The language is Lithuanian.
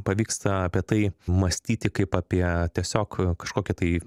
pavyksta apie tai mąstyti kaip apie tiesiog kažkokį tai